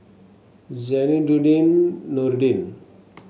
Zainudin Nordin